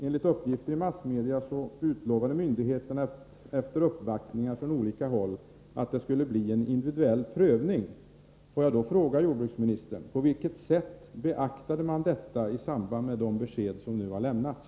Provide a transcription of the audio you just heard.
Enligt uppgifter i massmedia utlovade myndigheterna efter uppvaktningar från olika håll att det skulle bli en individuell prövning. Får jag då fråga jordbruksministern: På vilket sätt beaktade man detta i samband med de besked som nu har lämnats?